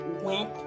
went